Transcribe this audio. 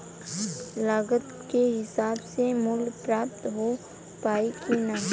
लागत के हिसाब से मूल्य प्राप्त हो पायी की ना?